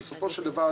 בסופו של דבר,